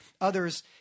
others